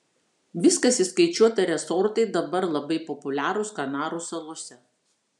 viskas įskaičiuota resortai dabar labai populiarūs kanarų salose